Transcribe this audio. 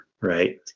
Right